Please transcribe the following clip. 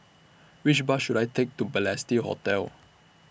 Which Bus should I Take to Balestier Hotel